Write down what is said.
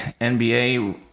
nba